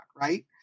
right